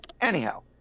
Anyhow